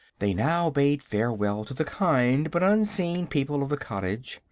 they now bade farewell to the kind but unseen people of the cottage,